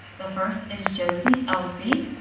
the first is josie elsby,